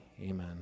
amen